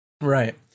right